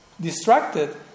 distracted